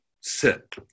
sit